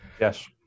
Yes